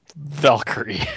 valkyrie